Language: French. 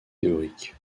théorique